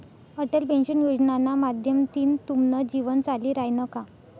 Atal pension योजनाना माध्यमथीन तुमनं जीवन चाली रायनं का?